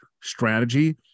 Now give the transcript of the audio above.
strategy